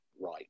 right